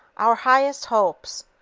our highest hopes,